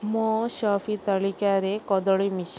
ମୋ ସପିଂ ତାଲିକାରେ କଦଳୀ ମିଶା